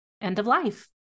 end-of-life